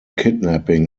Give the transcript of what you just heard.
kidnapping